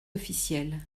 officiels